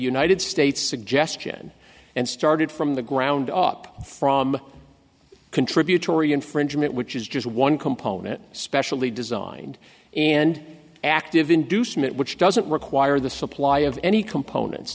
united states suggestion and started from the ground up from can tributary infringement which is just one component specially designed and active inducement which doesn't require the supply of any components